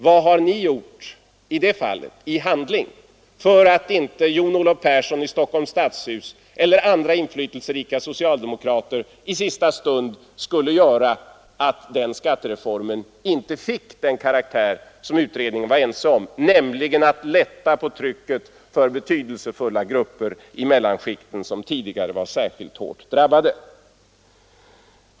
Vad har ni gjort i det fallet — i handling — för att inte John-Olof Persson i Stockholms stadshus eller andra inflytelserika socialdemokrater i sista stund skulle förfara så att den skattereformen inte fick den karaktär som utredningen var ense om, nämligen att lätta på trycket för betydelsefulla grupper i mellanskikten, som tidigare var särskilt hårt drabbade?